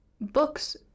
books